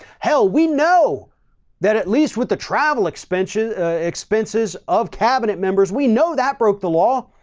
hell, we know that at least with the travel expenses expenses of cabinet members, we know that broke the law.